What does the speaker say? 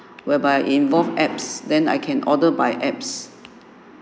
whereby involved apps then I can order by apps